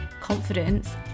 confidence